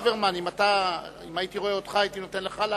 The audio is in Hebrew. אם הייתי רואה אותך הייתי נותן לך לעלות,